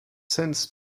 since